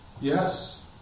yes